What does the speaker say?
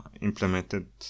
implemented